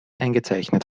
eingezeichnet